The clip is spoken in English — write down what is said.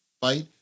fight